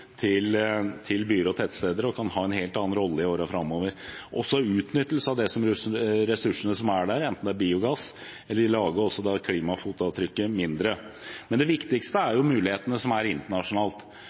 tilskudd til byer og tettsteder, og kan ha en helt annen rolle i årene framover og i utnyttelsen av de ressursene som er der, enten det er biogass eller å lage klimafotavtrykket mindre. Men det viktigste er